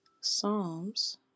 Psalms